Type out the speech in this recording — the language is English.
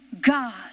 God